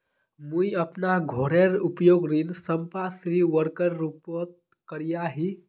मुई अपना घोरेर उपयोग ऋण संपार्श्विकेर रुपोत करिया ही